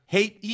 Hate